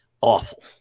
awful